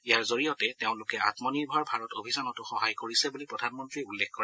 ইয়াৰ জৰিয়তে তেওঁলোকে আমনিৰ্ভৰ ভাৰত অভিযানতো সহায় কৰিছে বুলি প্ৰধানমন্ত্ৰীয়ে উল্লেখ কৰে